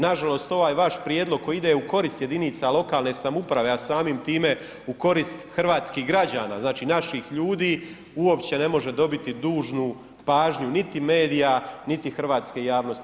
Nažalost ovaj vaš prijedlog koji ide u korist jedinica lokalne samouprave a samim time u korist hrvatskih građana, znači naših ljudi uopće ne može dobiti dužnu pažnju niti medija niti hrvatske javnosti.